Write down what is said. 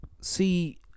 See